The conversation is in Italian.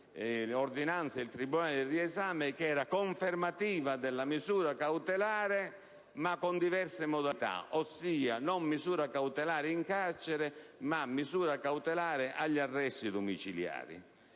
l'ordinanza del tribunale del riesame, che era confermativa della misura cautelare ma con diverse modalità. In sostanza, non una misura cautelare in carcere, bensì una misura cautelare con arresti domiciliari.